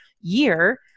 year